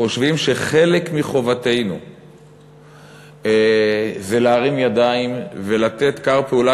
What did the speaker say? חושבים שחלק מחובתנו זה להרים ידיים ולתת כר פעולה,